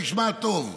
תשמע טוב.